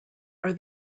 are